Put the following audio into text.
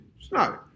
snow